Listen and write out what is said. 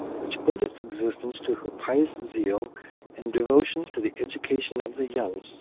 which owed its existence to her pious zeal and devotion to the education of the young.